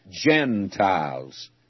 Gentiles